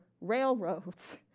railroads